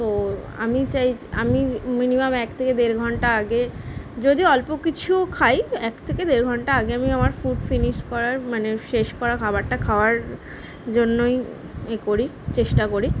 তো আমি চাই আমি মিনিমাম এক থেকে দেড় ঘন্টা আগে যদি অল্প কিছুও খাই এক থেকে দেড় ঘন্টা আগে আমি আমার ফুড ফিনিশ করার মানে শেষ করা খাবারটা খাওয়ার জন্যই ই করি চেষ্টা করি